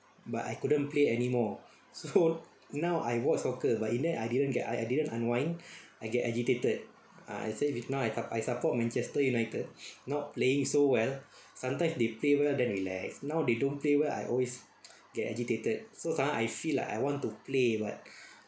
but I couldn't play anymore so now I watch soccer but in that I didn't get I I didn't unwind I get agitated ah I said with now I support I support manchester united not playing so well sometimes they play well then relax now they don't play well I always get agitated so sometime I feel like I want to play like